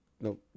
no